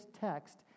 text